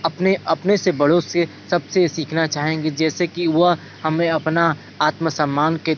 अपने अपने से बड़ों से सबसे सीखना चाहेंगे जैसे कि वह हमें अपना आत्मसम्मान के